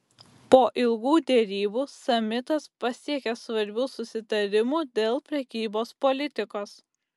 po ilgų derybų samitas pasiekė svarbių susitarimų dėl prekybos politikos